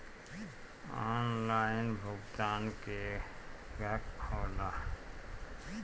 Online भुगतान केगा होला?